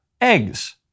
eggs